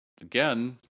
again